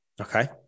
Okay